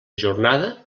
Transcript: jornada